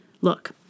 Look